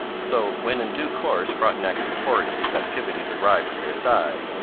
so when in due course frontenac's report of these activities arrived at versailles,